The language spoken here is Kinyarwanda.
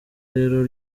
rero